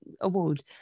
award